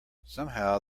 somehow